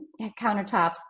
countertops